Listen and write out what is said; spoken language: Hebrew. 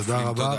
תודה.